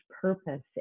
purpose